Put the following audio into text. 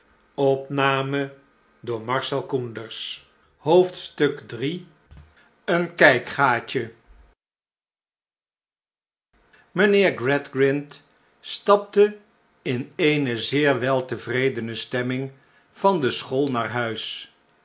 iii een kijkgaatje mijnheer gradgrind stapte in eene zeer weltevredene stemming van de school naar huis